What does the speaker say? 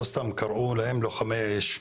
לא סתם קראו להם לוחמי האש.